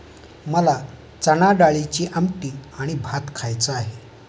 मला चणाडाळीची आमटी आणि भात खायचा आहे